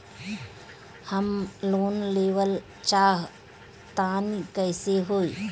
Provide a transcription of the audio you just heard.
हम लोन लेवल चाह तानि कइसे होई?